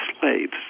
slaves